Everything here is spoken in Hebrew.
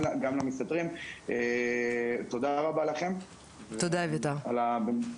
תודה רבה לכם על ההבנה.